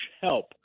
help